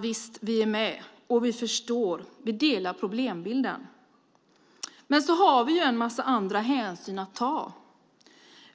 Visst är vi är med, och vi förstår, och vi delar problembilden. Men vi måste ta en massa andra hänsyn.